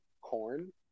corn